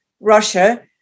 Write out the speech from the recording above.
Russia